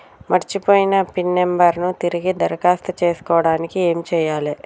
మర్చిపోయిన pin number ను తిరిగి దరఖాస్తు చేసుకోవడానికి ఏమి చేయాలే?